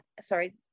sorry